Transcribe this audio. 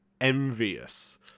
envious